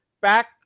back